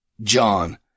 John